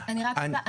אז אני רק רוצה.